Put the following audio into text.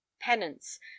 penance